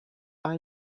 are